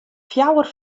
fjouwer